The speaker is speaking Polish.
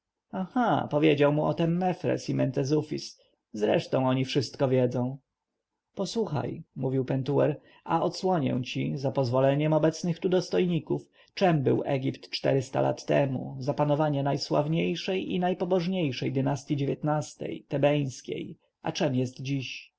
aha powiedział mu o tem mefres i mentezufis zresztą oni wszystko wiedzą posłuchaj mówił pentuer a odsłonię ci za pozwoleniem obecnych tu dostojników czym był egipt czterysta lat temu za panowania najsławniejszej i najpobożniejsze dynastyi dziewiętnasty te a czem jest dziś